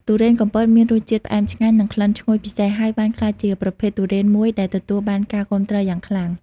ទុរេនកំពតមានរសជាតិផ្អែមឆ្ងាញ់ និងក្លិនឈ្ងុយពិសេស ហើយបានក្លាយជាប្រភេទទុរេនមួយដែលទទួលបានការគាំទ្រយ៉ាងខ្លាំង។